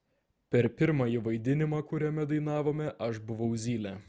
per pirmąjį vaidinimą kuriame dainavome aš buvau zylė